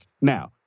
Now